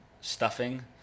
Stuffing